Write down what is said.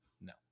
no